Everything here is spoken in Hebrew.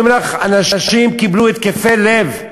אני אומר לך, אנשים קיבלו התקפי לב.